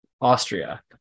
Austria